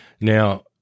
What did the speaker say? Now